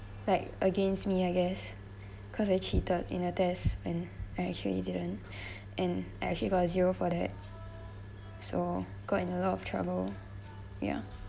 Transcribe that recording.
like against me I guess because I cheated in a test and I actually didn't and I actually got a zero for that so got in a lot of trouble ya